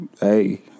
Hey